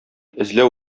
эзләү